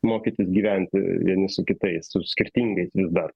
mokytis gyventi vieni su kitais su skirtingais dar